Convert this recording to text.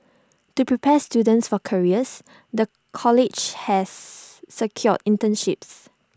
to prepare students for careers the college has secured internships